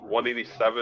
187